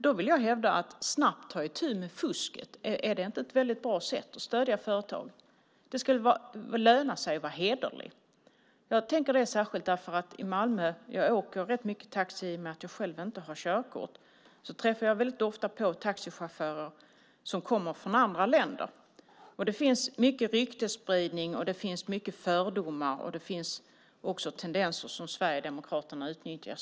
Då undrar jag om det inte är ett väldigt bra sätt att stödja företag genom att snabbt ta itu med fusket. Det ska väl löna sig att vara hederlig. Jag åker rätt mycket taxi i Malmö i och med att jag själv inte har körkort. Jag träffar väldigt ofta på taxichaufförer som kommer från andra länder. Det finns mycket ryktesspridning och många fördomar. Det finns också tendenser som Sverigedemokraterna utnyttjar.